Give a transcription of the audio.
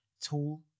tool